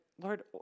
Lord